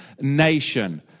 nation